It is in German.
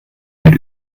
mit